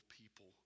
people